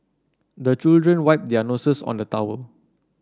the children wipe their noses on the towel